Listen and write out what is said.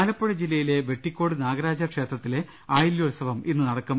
ആലപ്പുഴ ജില്ലയിലെ വെട്ടിക്കോട് നാഗരാജ ക്ഷേത്രത്തിലെ ആയി ല്യോത്സവം ഇന്ന് നടക്കും